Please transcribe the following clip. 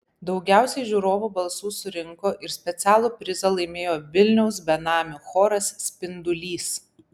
daugiausiai žiūrovų balsų surinko ir specialų prizą laimėjo vilniaus benamių choras spindulys